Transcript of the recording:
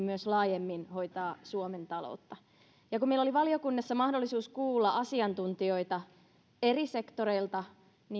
myös laajemmin suomen talouden hoitamisessa ja kun meillä oli valiokunnassa mahdollisuus kuulla asiantuntijoita eri sektoreilta